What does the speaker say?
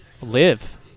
live